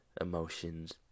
emotions